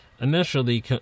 Initially